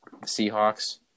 Seahawks